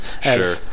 Sure